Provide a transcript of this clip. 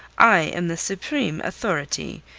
i am the supreme authority.